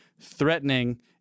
threatening